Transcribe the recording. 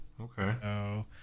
Okay